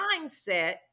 mindset